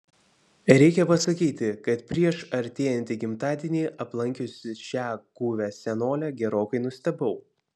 reikia pasakyti kad prieš artėjantį gimtadienį aplankiusi šią guvią senolę gerokai nustebau